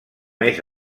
més